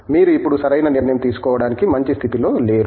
మీరు ఇప్పుడు సరైన నిర్ణయం తీసుకోవడానికి మంచి స్థితిలో లేరు